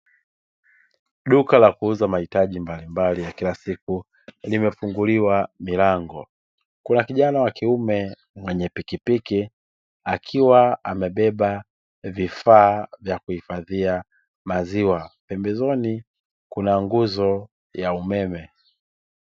Duka la kuuza mahitaji mbalimbali ya kila siku, limefunguliwa milango, kuna kijana wa kiume mwenye pikipiki, akiwa amebeba vifaa vya kuhifadhia maziwa, pembezoni kuna nguzo ya umeme.